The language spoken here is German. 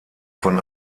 von